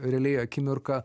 realiai akimirką